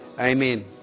amen